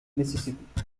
mississippi